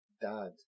dad